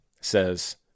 says